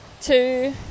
two